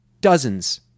dozens